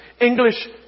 English